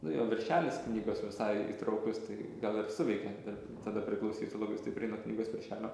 nu jo viršelis knygos visai įtraukus tai gal ir suveikė bet tada priklausytų labai stipriai nuo knygos viršelio